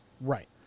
Right